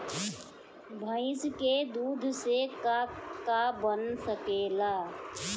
भइस के दूध से का का बन सकेला?